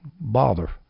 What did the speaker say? bother